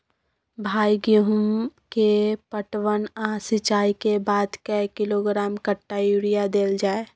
भाई गेहूं के पटवन आ सिंचाई के बाद कैए किलोग्राम कट्ठा यूरिया देल जाय?